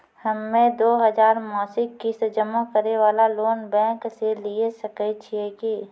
हम्मय दो हजार मासिक किस्त जमा करे वाला लोन बैंक से लिये सकय छियै की?